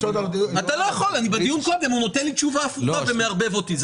בדיון הקודם הוא נותן לי תשובה הפוכה ומערבב אותי.